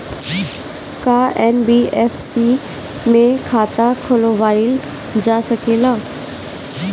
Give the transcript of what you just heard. का एन.बी.एफ.सी में खाता खोलवाईल जा सकेला?